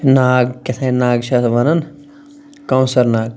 ناگ کیٛتھانۍ ناگ چھِ اَتھ وَنان کونٛثر ناگ